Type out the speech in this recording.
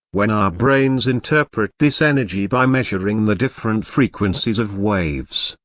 when our brains interpret this energy by measuring the different frequencies of waves,